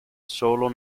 solo